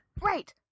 Right